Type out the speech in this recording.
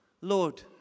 Lord